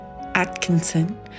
Atkinson